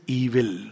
evil